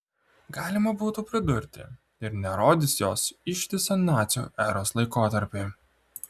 galima būtų pridurti ir nerodys jos ištisą nacių eros laikotarpį